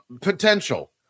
potential